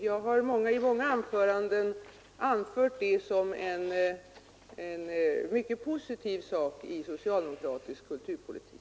Jag har i många anföranden framhållit detta som något mycket positivt i socialdemokratisk kulturpolitik.